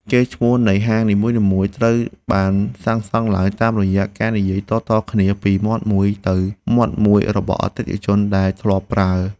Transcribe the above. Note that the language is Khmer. កេរ្តិ៍ឈ្មោះនៃហាងនីមួយៗត្រូវបានសាងសង់ឡើងតាមរយៈការនិយាយតៗគ្នាពីមាត់មួយទៅមាត់មួយរបស់អតិថិជនដែលធ្លាប់ប្រើ។